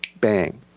Bang